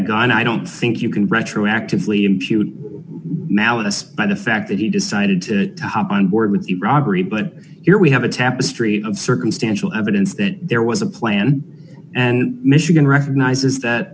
gun i don't think you can retroactively impute malice by the fact that he decided to hop on board with the robbery but here we have a tapestry of circumstantial evidence that there was a plan and michigan recognizes that